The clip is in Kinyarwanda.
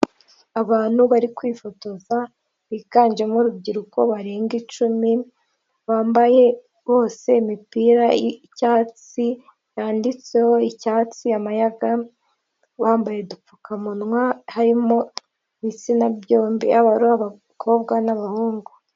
Abantu bari kwifotoza biganjemo urubyiruko barenga icumi, bambaye bose imipira y'icyatsi, yanditseho icyatsi amayaga bambaye udupfukamunwa, harimo ibitsina byombi haba abakobwa n'abahungu.